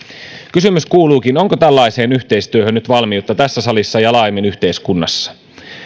kysymys kuuluukin onko tällaiseen yhteistyöhön nyt valmiutta tässä salissa ja laajemmin yhteiskunnassa